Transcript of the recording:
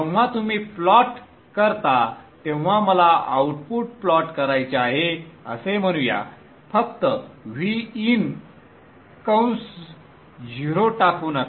जेव्हा तुम्ही प्लॉट करता तेव्हा मला आउटपुट प्लॉट करायचे आहे असे म्हणूया फक्त Vin कंस 0 टाकू नका